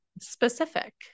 specific